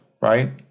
right